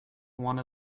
one